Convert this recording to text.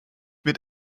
mit